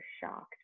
shocked